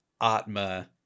Atma